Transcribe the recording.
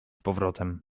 powrotem